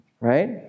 right